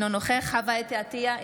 אינו נוכח חוה אתי עטייה,